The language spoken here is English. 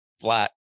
flat